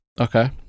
Okay